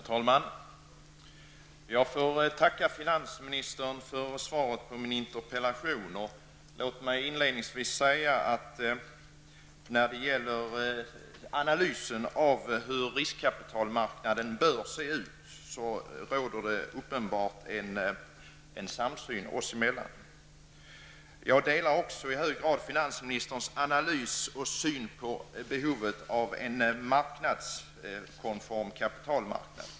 Herr talman! Jag får tacka biträdande finansministern för svaret på min interpellation. Låt mig inledningsvis säga att när det gäller analysen av hur riskkapitalmarknaden bör se ut, råder det uppenbarligen en samsyn oss emellan. Jag delar också i hög grad statsrådets syn på behovet av en marknadskonform kapitalmarknad.